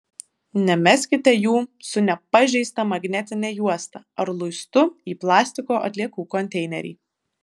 nemeskite jų su nepažeista magnetine juosta ar luistu į plastiko atliekų konteinerį